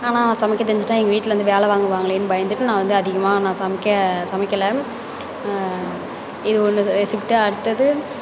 ஆனால் சமைக்க தெரிஞ்சுட்டா எங்கள் வீட்டில் வந்து வேலை வாங்குவாங்களேனு பயந்துகிட்டு நான் வந்து அதிகமாக நான் சமைக்க சமைக்கலை இது ஒன்று ரெசிப்ட்டு அடுத்தது